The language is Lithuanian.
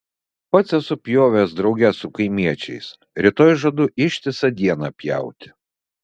pats esu pjovęs drauge su kaimiečiais rytoj žadu ištisą dieną pjauti